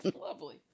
lovely